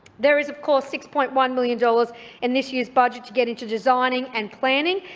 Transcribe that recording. there is, of course, six point one million dollars in this year's budget to get into designing and planning,